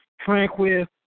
tranquil